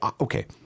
Okay